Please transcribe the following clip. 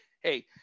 Hey